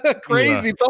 Crazy